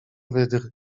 wydry